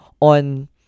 on